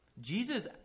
Jesus